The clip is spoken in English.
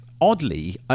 Oddly